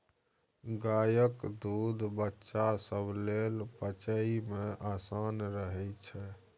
गायक दूध बच्चा सब लेल पचइ मे आसान रहइ छै